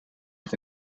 met